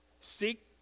Seek